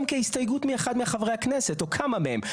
כהסתייגות מאחד מחברי הכנסת או כמה מהם,